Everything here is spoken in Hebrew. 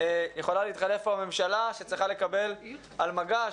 יכולה להתחלף פה הממשלה שצריכה לקבל על מגש,